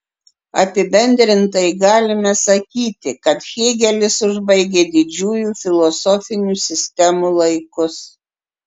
apibendrintai galime sakyti kad hėgelis užbaigė didžiųjų filosofinių sistemų laikus